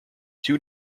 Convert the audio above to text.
two